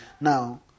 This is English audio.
Now